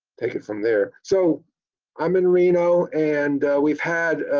take it from there. so i'm in reno, and we've had,